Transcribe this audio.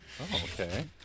Okay